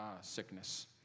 sickness